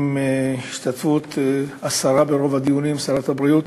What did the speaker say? בהשתתפות השרה ברוב הדיונים, שרת הבריאות,